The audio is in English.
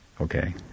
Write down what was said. Okay